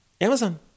Amazon